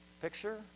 picture